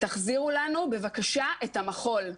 תחזירו לנו בבקשה את המחול.